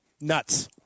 Nuts